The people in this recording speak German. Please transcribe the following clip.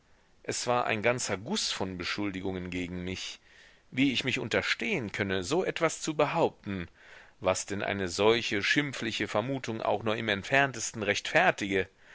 es war ein ganzer guß von beschuldigungen gegen mich wie ich mich unterstehen könne so etwas zu behaupten was denn eine solche schimpfliche vermutung auch nur im entferntesten rechtfertige